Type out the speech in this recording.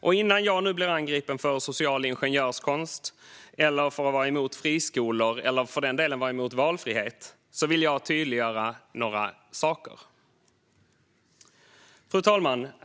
Och innan jag nu blir angripen för social ingenjörskonst eller för att vara emot friskolor eller, för den delen, emot valfrihet vill jag tydliggöra några saker. Fru talman!